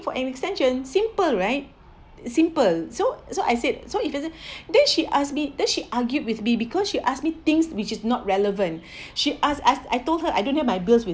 for an extension simple right simple so so I said so he doesn't then she ask me then she argued with me because she ask me things which is not relevant she ask I I told her I don't have my bills with